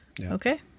okay